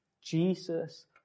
Jesus